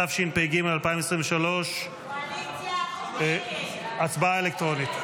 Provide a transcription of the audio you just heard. התשפ"ג 2023. הצבעה אלקטרונית,